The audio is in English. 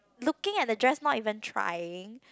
looking at the dress not even trying